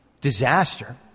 disaster